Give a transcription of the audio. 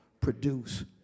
produce